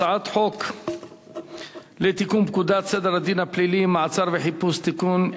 הצעת חוק לתיקון פקודת סדר הדין הפלילי (מעצר וחיפוש) (תיקון,